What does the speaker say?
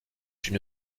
une